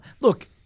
Look